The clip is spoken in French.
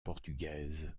portugaise